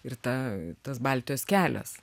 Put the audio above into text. ir ta tas baltijos kelias